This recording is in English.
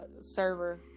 server